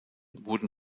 wurden